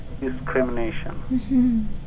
Discrimination